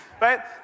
Right